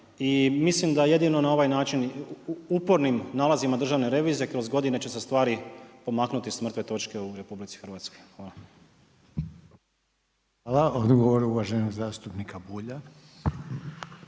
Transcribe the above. I mislim da jedino na ovaj način upornim nalazima Državne revizije kroz godine će se stvari pomaknuti s mrtve točke u Republici Hrvatskoj. Hvala. **Reiner, Željko (HDZ)** Hvala. Odgovor uvaženog zastupnika Bulja.